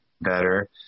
better